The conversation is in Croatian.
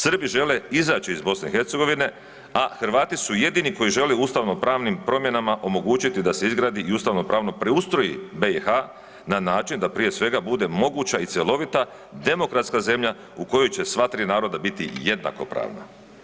Srbi žele izaći iz BiH, a Hrvati su jedini koji žele ustavno pravnim promjenama omogućiti da se izgradi i ustavno pravno preustroji BiH na način da prije svega bude moguća i cjelovita demokratska zemlja u kojoj će sva tri naroda biti jednakopravna.